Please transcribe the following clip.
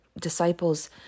disciples